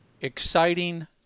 exciting